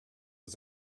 was